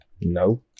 No